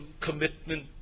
commitment